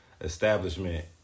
establishment